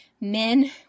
men